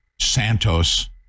Santos